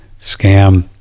scam